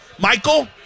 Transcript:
Michael